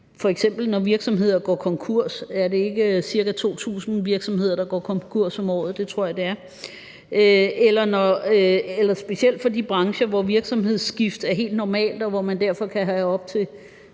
f.eks. når virksomheder går konkurs. Er det ikke ca. 2.000 virksomheder, der går konkurs om året? Det tror jeg det er. Det er specielt for de brancher, hvor virksomhedsskifte er helt normalt, og hvor man derfor kan have op til